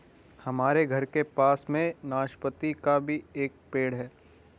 हमारे घर के पास में नाशपती का भी एक पेड़ है